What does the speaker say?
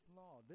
law